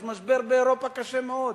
יש באירופה משבר קשה מאוד,